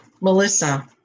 Melissa